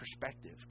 perspective